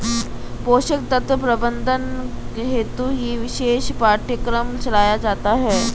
पोषक तत्व प्रबंधन हेतु ही विशेष पाठ्यक्रम चलाया जाता है